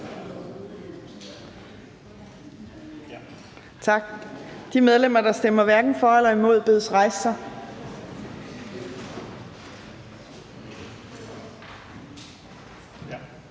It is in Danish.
Tak. De medlemmer, der stemmer hverken for eller imod, bedes rejse sig.